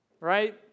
right